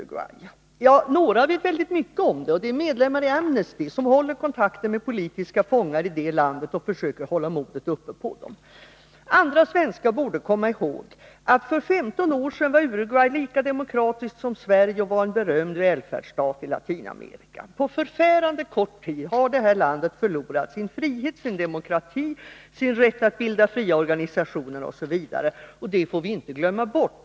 Ja, några vet väldigt mycket, och det är medlemmar i Amnesty, som håller kontakten med politiska fångar i detta land och försöker hålla modet uppe hos dem. Andra svenskar borde komma ihåg att för 15 år sedan var Uruguay lika demokratiskt som Sverige och var en berömd välfärdsstat i Latinamerika. På förfärande kort tid har landet förlorat sin frihet, sin demokrati, sin rätt att bilda fria organisationer osv. Det får vi inte glömma bort.